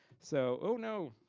so, oh no.